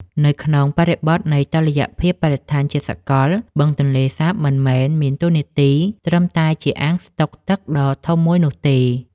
នៅក្នុងបរិបទនៃតុល្យភាពបរិស្ថានជាសកល បឹងទន្លេសាបមិនមែនមានតួនាទីត្រឹមតែជាអាងស្តុកទឹកដ៏ធំមួយនោះទេ។